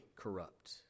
corrupt